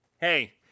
Hey